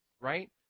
right